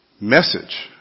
message